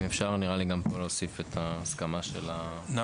אם אפשר להוסיף גם פה את הסכמת הנער.